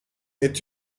est